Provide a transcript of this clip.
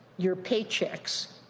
your paychecks,